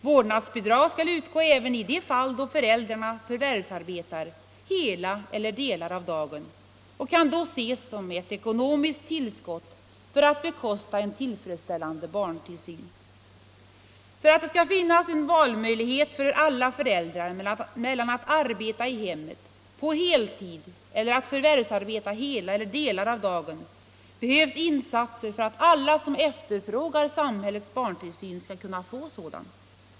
Vårdnadsbidrag skall utgå även i de fall när föräldrar förvärvsarbetar hela eller del av dagen och kan då ses som ett ekonomiskt tillskott för att bekosta en tillfredsställande barntillsyn. För att det skall finnas en valmöjlighet för alla föräldrar mellan att arbeta i hemmet på heltid och att förvärvsarbeta hela eller delar av dagen behövs insatser så att alla som efterfrågar samhällets barntillsyn skall kunna få sådan.